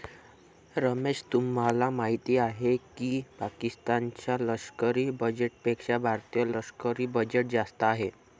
रमेश तुम्हाला माहिती आहे की पाकिस्तान च्या लष्करी बजेटपेक्षा भारतीय लष्करी बजेट जास्त आहे